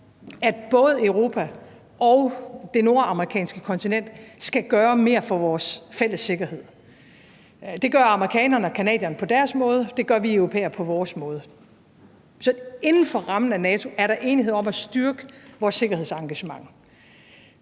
at både Europa og det nordamerikanske kontinent skal gøre mere for vores fælles sikkerhed. Det gør amerikanerne og canadierne på deres måde, og det gør vi europæere på vores måde. Så inden for rammen af NATO er der enighed om at styrke vores sikkerhedsengagementer.